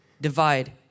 divide